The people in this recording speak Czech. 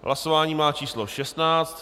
Hlasování má číslo 16.